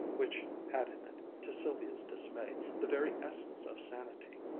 which had in it, to sylvia's dismay, the very essence of sanity.